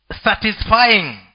satisfying